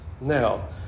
Now